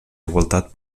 igualtat